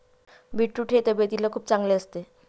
beetroot हे तब्येतीला खूप चांगले असते